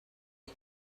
dog